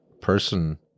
person